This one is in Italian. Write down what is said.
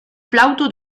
flauto